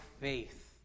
faith